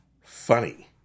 funny